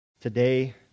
today